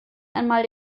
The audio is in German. einmal